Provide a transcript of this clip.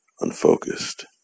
unfocused